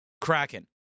Kraken